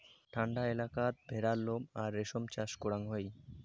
ঠান্ডা এলাকাত ভেড়ার নোম আর রেশম চাষ করাং হই